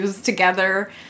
together